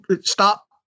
Stop